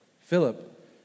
Philip